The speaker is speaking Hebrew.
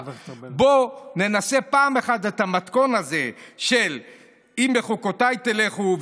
בוא ננסה פעם אחת את המתכון הזה של "אם בחֻקתי תלכו",